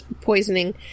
poisoning